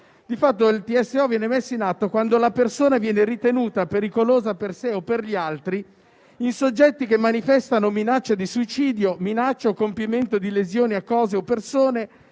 Di fatto il TSO viene messo in atto quando la persona viene ritenuta pericolosa per sé o per gli altri, in soggetti che manifestano minaccia di suicidio, minaccia o compimento di lesioni a cose o persone,